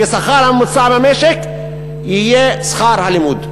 כשכר הממוצע במשק יהיה שכר הלימוד.